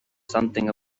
something